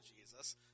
Jesus